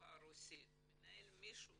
בשפה הרוסית מנהל מישהו